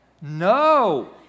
no